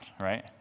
right